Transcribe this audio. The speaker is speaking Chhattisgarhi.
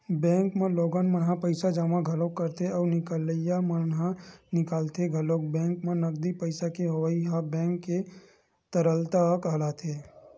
बेंक म लोगन मन पइसा जमा घलोक करथे अउ निकलइया मन ह निकालथे घलोक बेंक म नगदी पइसा के होवई ह बेंक के तरलता कहलाथे